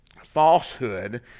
falsehood